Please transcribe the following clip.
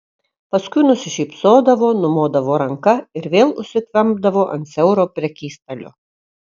paskui nusišypsodavo numodavo ranka ir vėl užsikvempdavo ant siauro prekystalio